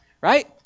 right